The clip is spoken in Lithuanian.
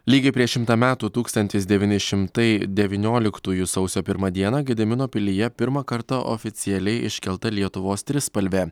lygiai prieš šimtą metų tūkstantis devyni šimtai devynioliktųjų sausio pirmą dieną gedimino pilyje pirmą kartą oficialiai iškelta lietuvos trispalvė